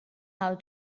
how